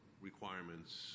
requirements